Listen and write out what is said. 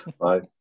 Bye